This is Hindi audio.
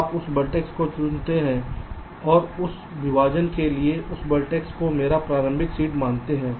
आप उस वर्टेक्स को चुनते हैं और उस विभाजन के लिए उस वर्टेक्स को मेरा प्रारंभिक सीड मानते हैं